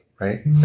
right